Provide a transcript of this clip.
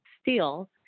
steel